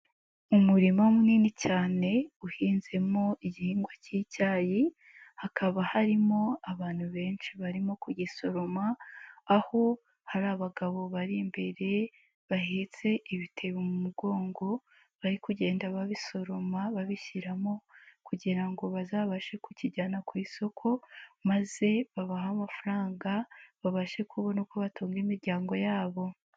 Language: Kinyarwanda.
Umurima munini cyane uhinzemo igihingwa k'icyayi hakaba harimo abantu benshi barimo kugisoroma, aho hari abagabo bari imbere bahetse ibitebo mu mugongo bari kugenda babisoroma babishyiramo kugira ngo bazabashe kukijyana ku isoko maze babahe amafaranga, babashe kubona uko batunga imiryango yabo.